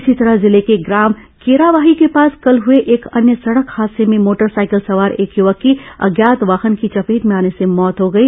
इसी तरह जिले के ग्राम केरावाही के पास कल हुए एक अन्य सड़क हादसे में मोटर सायकल सवार एक युवक की अज्ञात वाहन की चपेट में आने से मौत हो गई